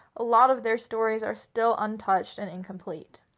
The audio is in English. a lot of their stories are still untouched and incomplete.